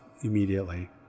immediately